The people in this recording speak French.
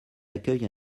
accueille